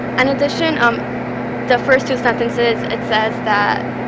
and addition, um the first two sentences, it says that